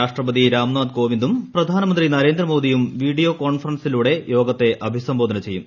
രാഷ്ട്രപതി രാംനാഥ് കോവിന്ദും പ്രധാനമന്ത്രി നരേന്ദ്രമോദിയും വീഡിയോ കോൺഫറൻസിലൂടെ യോഗത്തെ അഭിസംബോധന ചെയ്യും